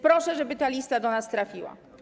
Proszę, żeby ta lista do nas trafiła.